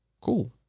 cool